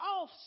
off